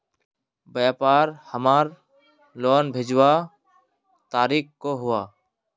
व्यापार हमार लोन भेजुआ तारीख को हुआ?